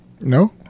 No